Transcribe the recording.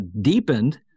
deepened